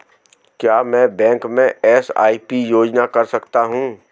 क्या मैं बैंक में एस.आई.पी योजना कर सकता हूँ?